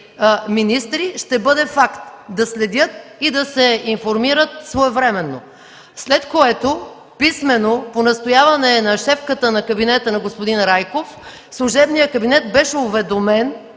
министри, ще бъде факт – да следят и да се информират своевременно. Освен това писмено, по настояване на шефката на кабинета на господин Райков, служебният кабинет беше уведомен,